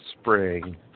spring